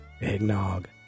eggnog